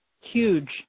Huge